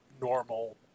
normal